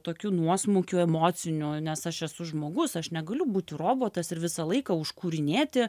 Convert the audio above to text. tokių nuosmukių emocinių nes aš esu žmogus aš negaliu būti robotas ir visą laiką užkūrinėti